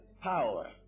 power